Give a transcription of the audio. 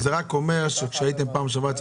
זה רק אומר שכאשר הייתם בפעם שעברה אצל